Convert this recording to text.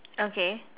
okay